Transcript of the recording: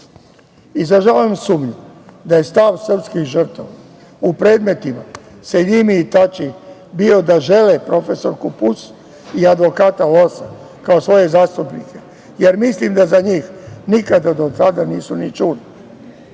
Izražavam sumnju da je stav srpskih žrtava u predmetima Seljimi i Tači bio da žele profesorku Pus i advokata Losa kao svoje zastupnike, jer mislim da za njih nikada do sada nisu ni čuli.